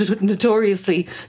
notoriously